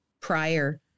prior